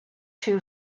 two